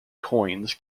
coins